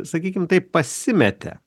sakykim taip pasimetė